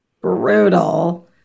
Brutal